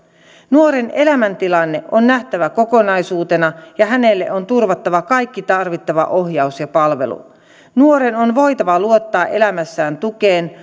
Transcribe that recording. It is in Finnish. nuoren elämäntilanne on nähtävä kokonaisuutena ja hänelle on turvattava kaikki tarvittava ohjaus ja palvelu nuoren on voitava luottaa elämässään tukeen